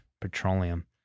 Petroleum